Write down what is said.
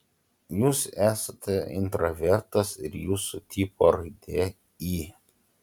jūs esate intravertas ir jūsų tipo raidė i